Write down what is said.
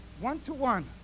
one-to-one